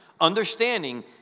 understanding